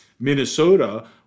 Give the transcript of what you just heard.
Minnesota